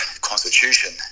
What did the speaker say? constitution